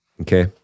Okay